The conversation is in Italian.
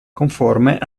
conforme